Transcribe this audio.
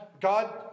God